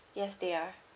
yes they are